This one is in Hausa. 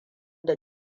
da